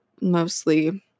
mostly